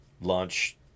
launch